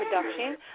production